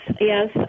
yes